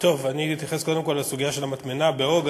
טוב, אני אתייחס קודם כול לסוגיה של המטמנה באוג.